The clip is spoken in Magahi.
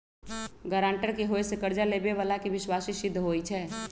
गरांटर के होय से कर्जा लेबेय बला के विश्वासी सिद्ध होई छै